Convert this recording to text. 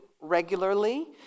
regularly